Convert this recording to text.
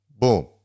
Boom